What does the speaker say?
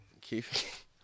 Keith